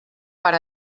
per